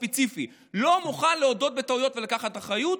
כי אם בן אדם שאחראי לתחום ספציפי לא מוכן להודות בטעויות ולקחת אחריות,